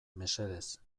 mesedez